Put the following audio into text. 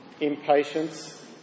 impatience